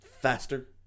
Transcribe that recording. faster